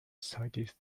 cited